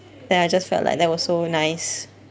then I just felt like that was so nice